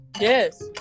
yes